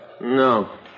No